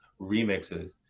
Remixes